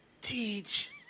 teach